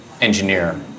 engineer